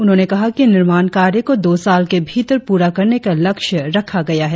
उन्होंने कहा कि निर्माण कार्य को दो साल के भीतर पूरा करने का लक्ष्य रखा गया है